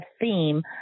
theme